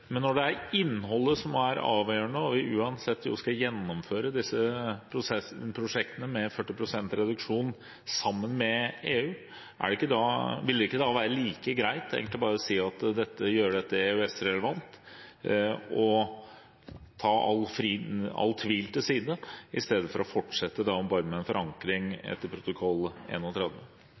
Men når det er innholdet som er avgjørende, og vi uansett skal gjennomføre disse prosjektene med 40 pst. reduksjon sammen med EU, ville det ikke da egentlig være like greit å gjøre dette EØS-relevant og ta all tvil til side, i stedet for å fortsette bare med forankring etter protokoll